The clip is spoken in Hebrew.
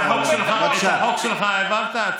את הצעת החוק שלך העברת?